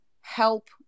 help